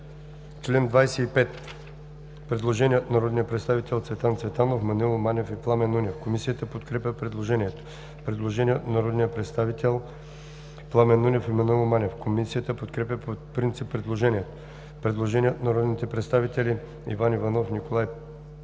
Комисията подкрепя предложението. Предложение от